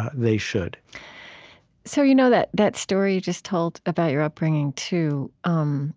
ah they should so you know that that story you just told about your upbringing um